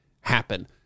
happen